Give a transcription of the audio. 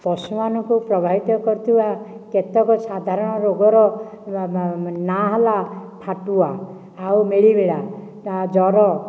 ପଶୁମାନଙ୍କୁ ପ୍ରଭାବିତ କରୁଥିବା କେତେକ ସାଧାରଣ ରୋଗର ନାଁ ହେଲା ଫାଟୁଆ ଆଉ ମିଳିମିଳା ଜ୍ୱର